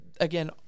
again